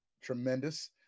tremendous